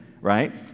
right